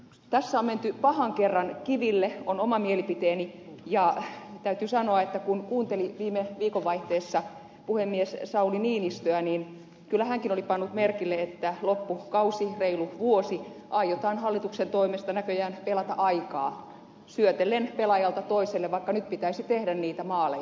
tässä on menty pahan kerran kiville on oma mielipiteeni ja täytyy sanoa että kun kuunteli viime viikonvaihteessa puhemies sauli niinistöä niin kyllä hänkin oli pannut merkille että loppukausi reilu vuosi aiotaan hallituksen toimesta näköjään pelata aikaa syötellen pelaajalta toiselle vaikka nyt pitäisi tehdä niitä maaleja